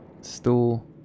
stool